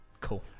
cool